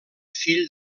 fill